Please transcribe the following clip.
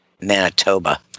Manitoba